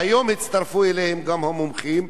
והיום הצטרפו אליהם גם המומחים,